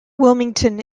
wilmington